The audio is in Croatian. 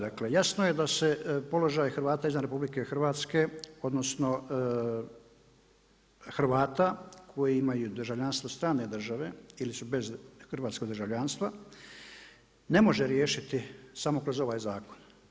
Dakle, jasno je da se položaj Hrvata izvan RH, odnosno Hrvata koji imaju državljanstvo strane države ili su bez hrvatskog državljanstva ne može riješiti samo kroz ovaj zakon.